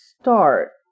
start